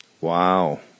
Wow